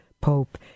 pope